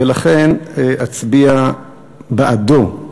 ולכן אצביע בעדו.